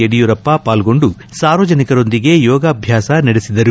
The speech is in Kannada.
ಯಡಿಯೂರಪ್ಪ ಅವರು ಪಾಲ್ಗೊಂಡು ಸಾರ್ವಜನಿಕರೊಂದಿಗೆ ಯೋಗಾಭ್ಯಾಸ ನಡೆಸಿದರು